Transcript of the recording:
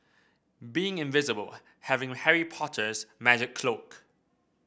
being invisible having Harry Potter's magic cloak